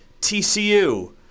TCU